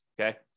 okay